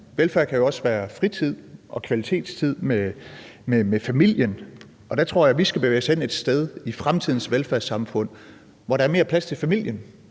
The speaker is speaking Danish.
Velfærd kan jo også være fritid og kvalitetstid med familien, og der tror jeg, vi skal bevæge os hen et sted i fremtidens velfærdssamfund, hvor der er mere plads til familien.